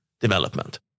development